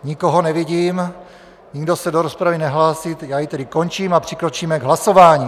Nikoho nevidím, nikdo se do rozpravy nehlásí, já ji tedy končím a přikročíme k hlasování.